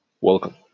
Welcome